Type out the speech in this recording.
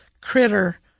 critter